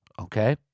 okay